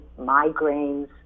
migraines